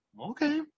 Okay